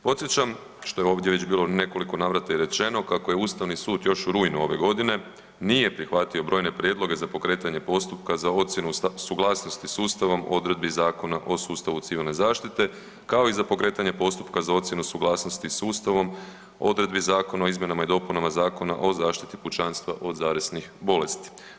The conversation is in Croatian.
Podsjećam što je ovdje već bilo u nekoliko navrata i rečeno kako je Ustavni sud još u rujnu ove godine nije prihvatio brojne prijedloge za pokretanje postupka za ocjenu suglasnosti s Ustavom odredbi Zakona o sustavu civilne zaštite kao i za pokretanje postupka za ocjenu suglasnosti s Ustavom odredbi Zakona o izmjenama i dopunama Zakona o zaštiti pučanstva od zaraznih bolesti.